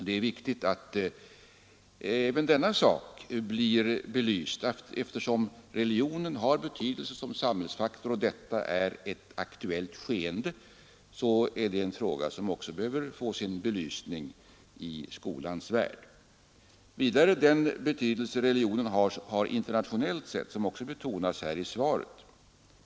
Det är viktigt att även denna sak blir belyst. Eftersom religionen har betydelse som samhällsfaktor och detta är ett aktuellt skeende så är det en fråga som också behöver få sin belysning i skolans värld. Vidare har vi religionens betydelse internationellt sett, som också betonas här i svaret.